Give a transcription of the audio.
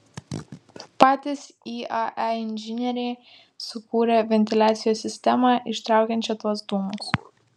patys iae inžinieriai sukūrė ventiliacijos sistemą ištraukiančią tuos dūmus